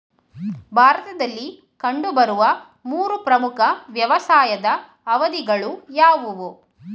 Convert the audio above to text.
ಭಾರತದಲ್ಲಿ ಕಂಡುಬರುವ ಮೂರು ಪ್ರಮುಖ ವ್ಯವಸಾಯದ ಅವಧಿಗಳು ಯಾವುವು?